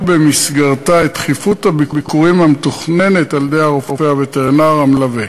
במסגרתה את תכיפות הביקורים המתוכננת על-ידי הרופא הווטרינר המלווה,